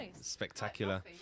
spectacular